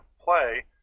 play